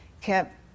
kept